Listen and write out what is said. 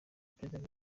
perezida